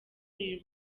lil